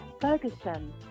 Ferguson